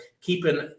keeping